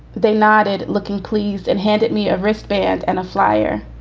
they nodded, looking pleased and handed me a wristband and a flyer.